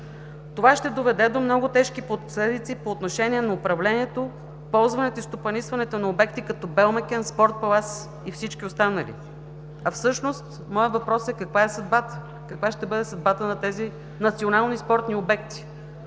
Това ще доведе до много тежки последици по отношение на управлението, ползването и стопанисването на обекти като „Белмекен“, „Спортпалас“ и всички останали, а всъщност моят въпрос е: каква е съдбата, каква ще бъде съдбата на тези национални спортни обекти?